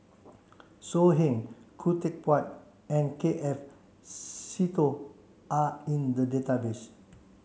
So Heng Khoo Teck Puat and K F Seetoh are in the database